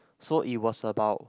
so it was about